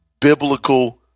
biblical